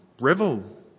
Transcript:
revel